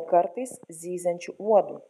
o kartais zyziančiu uodu